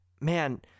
man